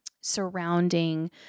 surrounding